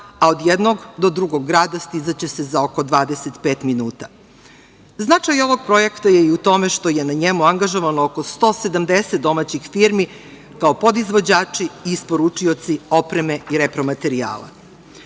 a od jednog do drugog grada stizaće se za oko 25 minuta. Značaj ovog projekta je i u tome što je na njemu angažovano oko 170 domaćih firmi, kao podizvođači i isporučioci opreme i repromaterijala.U